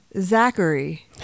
Zachary